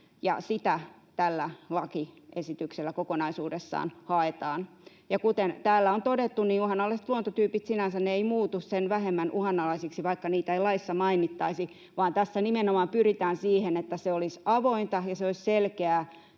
sitä tällä lakiesityksellä kokonaisuudessaan haetaan. Ja kuten täällä on todettu, uhan-alaiset luontotyypit sinänsä eivät muutu sen vähemmän uhanalaisiksi, vaikka niitä ei laissa mainittaisi, vaan tässä nimenomaan pyritään siihen, että olisi avointa ja olisi selkeää